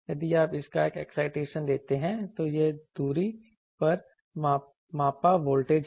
यदि आप इसका एक एक्साइटेशन देते हैं तो यह दूरी पर मापा वोल्टेज है